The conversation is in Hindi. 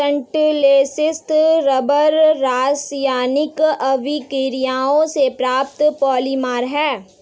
संश्लेषित रबर रासायनिक अभिक्रियाओं से प्राप्त पॉलिमर है